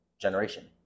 generation